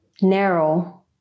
narrow